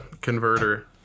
converter